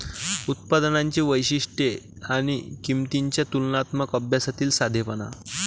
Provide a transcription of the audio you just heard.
उत्पादनांची वैशिष्ट्ये आणि किंमतींच्या तुलनात्मक अभ्यासातील साधेपणा